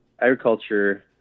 agriculture